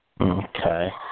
Okay